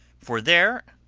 for there,